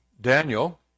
Daniel